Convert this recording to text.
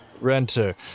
renter